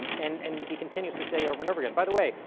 um and and he continues to say over and over again. by the way,